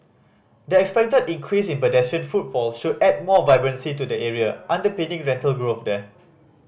the expected increase in pedestrian footfall should add more vibrancy to the area underpinning rental growth there